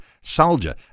soldier